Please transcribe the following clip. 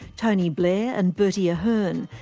tony blair and bertie ahern,